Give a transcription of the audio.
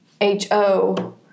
H-O